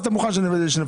אתה מוכן שנפרסם.